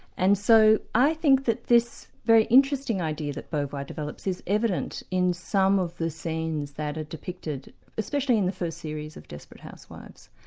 and so i think that this very interesting idea that beauvoir develops, is evident in some of the scenes that are depicted especially in the first series of desperate housewives,